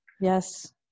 Yes